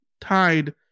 tied